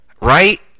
right